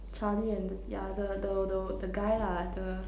Charlie and the yeah the the the the guy lah the